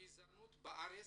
הגזענות בארץ